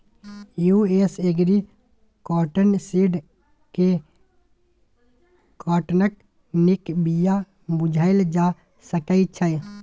US agri cotton seed केँ काँटनक नीक बीया बुझल जा सकै छै